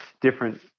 different